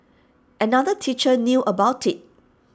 another teacher knew about IT